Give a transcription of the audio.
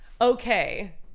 Okay